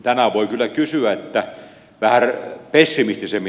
tänään voi kyllä kysyä vähän pessimistisemmin